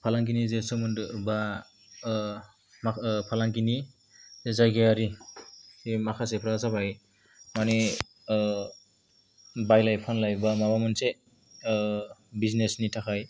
फालांगिनि जे सोमोन्दो बा फालांगिनि जायगायारि माखासेफ्रा जाबाय माने बायलाय फानला बा माबा मोनसे बिजिनेसनि थाखाय